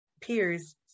peers